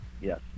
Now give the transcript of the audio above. yes